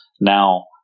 Now